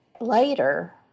later